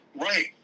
right